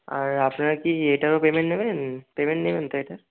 আর আপনারা কি এটারও পেমেন্ট নেবেন পেমেন্ট নেবেন তো এটার